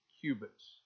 cubits